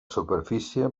superfície